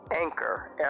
Anchor